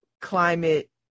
climate